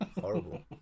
Horrible